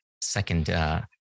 second